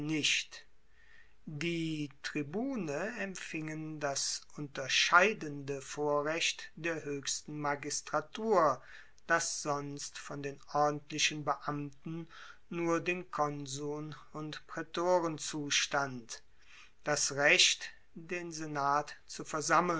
nicht die tribune empfingen das unterscheidende vorrecht der hoechsten magistratur das sonst von den ordentlichen beamten nur den konsuln und praetoren zustand das recht den senat zu versammeln